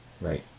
Right